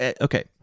okay